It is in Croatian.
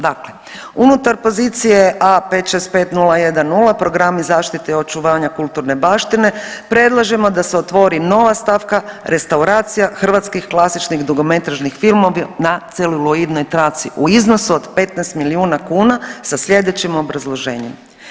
Dakle, unutar pozicije A565010 Programi zaštite i očuvanja kulturne baštine predlažemo da se otvori nova stavka restauracija hrvatskih klasičnih dugometražnih filmova na celuloidnoj traci u iznosu od 15 milijuna kuna sa sljedećim obrazloženjem.